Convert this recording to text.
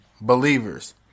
Believers